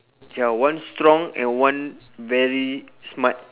ya one strong and one very smart